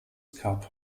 cup